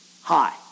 hi